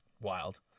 Wild